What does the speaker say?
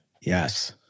Yes